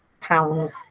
pounds